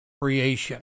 creation